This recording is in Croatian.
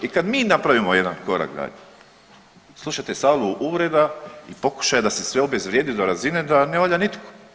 I kad mi napravimo jedan korak dalje slušate salvu uvreda i pokušaja da se sve obezvrijedi do razine da ne valja nitko.